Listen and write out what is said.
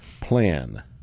Plan